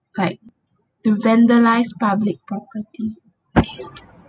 like the vandalised public property case